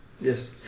Yes